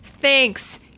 thanks